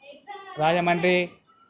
Rajahmundry